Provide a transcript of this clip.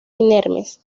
inermes